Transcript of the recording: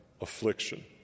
affliction